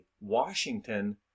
Washington